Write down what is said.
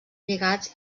lligats